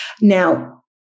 Now